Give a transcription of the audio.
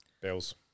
Bills